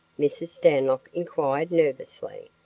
mrs. stanlock inquired nervously.